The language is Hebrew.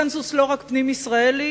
לא רק קונסנזוס פנים-ישראלי